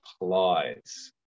applies